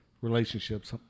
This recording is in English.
relationships